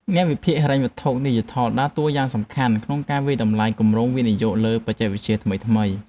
អ្នកវិភាគហិរញ្ញវត្ថុឌីជីថលដើរតួនាទីយ៉ាងសំខាន់ក្នុងការវាយតម្លៃគម្រោងវិនិយោគលើបច្ចេកវិទ្យាថ្មីៗ។